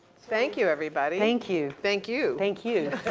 thank you everybody. thank you. thank you. thank you.